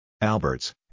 Alberts